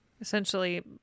Essentially